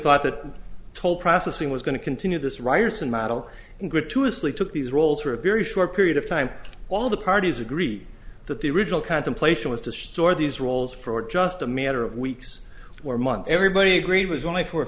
thought that told processing was going to continue this ryerson model gratuitously took these roles for a very short period of time all the parties agree that the original contemplation was to store these roles for just a matter of weeks or months everybody agreed was only for a